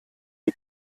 die